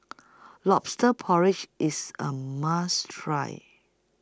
Lobster Porridge IS A must Try